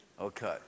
Okay